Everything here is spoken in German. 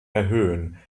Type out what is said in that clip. erhöhen